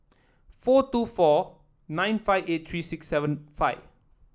four two four nine five eight three six seven five